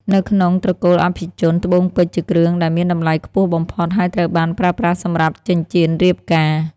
នៅក្នុងត្រកូលអភិជន ត្បូងពេជ្រជាគ្រឿងដែលមានតម្លៃខ្ពស់បំផុត ហើយត្រូវបានប្រើប្រាស់សម្រាប់ចិញ្ចៀនរៀបការ។